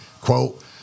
quote